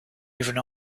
even